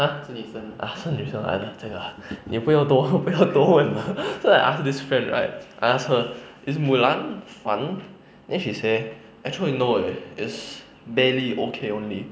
!huh! ah 是女生来的这个你不用多 不用多问了 so I asked this friend right I ask her is mulan fun then she say actually no eh it's barely okay only